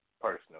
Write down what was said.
personal